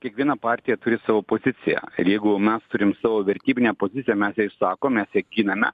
kiekviena partija turi savo poziciją ir jeigu mes turim savo vertybinę poziciją mes ją išsakom mes ją giname